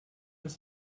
das